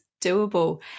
doable